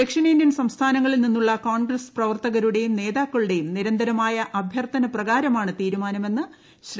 ദക്ഷിണേന്ത്യൻ സംസ്ഥാനങ്ങളിൽ നിന്നുള്ള കോൺഗ്രസ് പ്രവർത്തകരുടെയും നേതാക്കളുടെയും നിരന്തരമായ അഭ്യർത്ഥന പ്രകാരമാണ് തീരുമാനമെന്ന് ശ്രീ